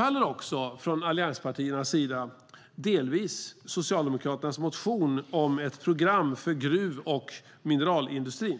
Allianspartierna tillstyrker också delvis Socialdemokraternas motion om ett program för gruv och mineralindustrin.